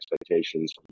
expectations